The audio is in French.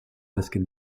basket